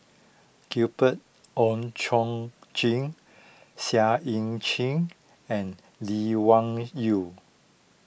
Gabriel Oon Chong Jin Seah Eu Chin and Lee Wung Yew